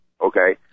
okay